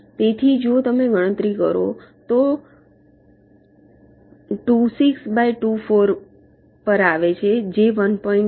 તેથી જો તમે ગણતરી કરો તે 26 બાય 24 પર આવે છે જે 1